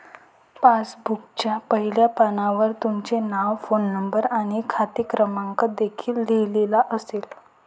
पासबुकच्या पहिल्या पानावर तुमचे नाव, फोन नंबर आणि खाते क्रमांक देखील लिहिलेला असेल